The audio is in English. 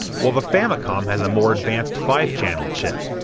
while the famicom has a more advanced five channel chip.